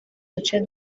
duce